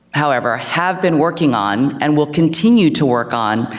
however, have been working on, and will continue to work on,